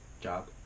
job